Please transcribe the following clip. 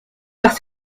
par